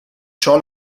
ciò